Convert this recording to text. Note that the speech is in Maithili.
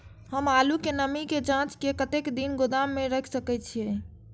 हम आलू के नमी के जाँच के कतेक दिन गोदाम में रख सके छीए?